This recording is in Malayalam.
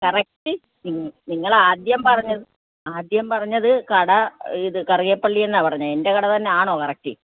കറക്റ്റ് നിങ്ങൾ നിങ്ങളാദ്യം പറഞ്ഞത് ആദ്യം പറഞ്ഞത് കട ഇത് കറിയപ്പള്ളീന്നാ പറഞ്ഞത് എന്റെ കട തന്നാണോ കറക്റ്റ്